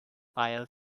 aisle